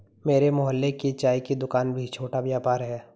मेरे मोहल्ले की चाय की दूकान भी छोटा व्यापार है